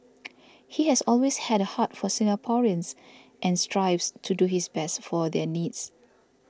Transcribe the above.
he has always had a heart for Singaporeans and strives to do his best for their needs